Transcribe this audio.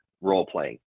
role-playing